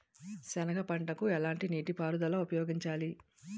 సెనగ పంటకు ఎలాంటి నీటిపారుదల ఉపయోగించాలి?